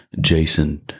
Jason